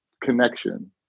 connection